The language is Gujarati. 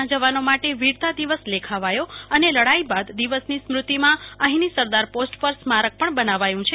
ના જવાનો માટે વીરતા દિવસ લેખાવાયો અને લડાઈ બાદ આ દિવસની સ્મ્રતિમાં અહીંની સરદાર પોસ્ટ પર સ્મારક પણ બનાવાયું છે